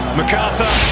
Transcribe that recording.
MacArthur